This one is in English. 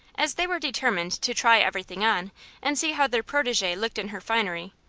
as they were determined to try everything on and see how their protege looked in her finery,